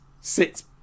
sits